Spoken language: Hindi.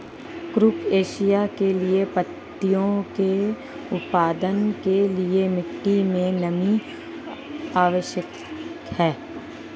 कुरुख एशिया की पत्तियों के उत्पादन के लिए मिट्टी मे नमी आवश्यक है